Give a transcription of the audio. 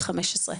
ו-15,